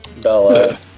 Bella